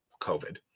COVID